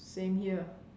same here